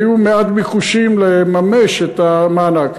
שהיו מעט ביקושים לממש את המענק.